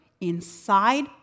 inside